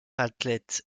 athlète